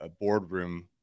boardroom